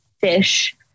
fish